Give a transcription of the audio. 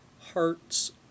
hearts